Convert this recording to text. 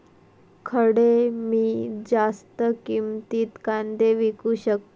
खडे मी जास्त किमतीत कांदे विकू शकतय?